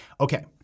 Okay